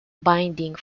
binding